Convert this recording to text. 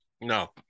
No